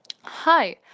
Hi